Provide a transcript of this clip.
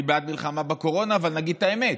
אני בעד מלחמה בקורונה, אבל נגיד את האמת,